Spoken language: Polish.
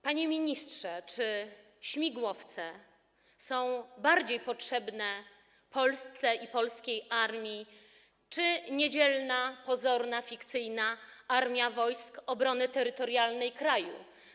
Panie ministrze, czy śmigłowce są bardziej potrzebne Polsce i polskiej armii, czy niedzielna, pozorna, fikcyjna armia Wojsk Obrony Terytorialnej kraju?